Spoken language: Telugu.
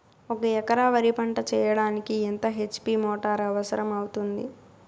ఒక ఎకరా వరి పంట చెయ్యడానికి ఎంత హెచ్.పి మోటారు అవసరం అవుతుంది?